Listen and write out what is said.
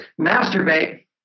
Masturbate